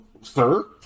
sir